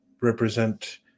represent